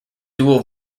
dual